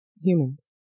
Humans